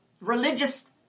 religious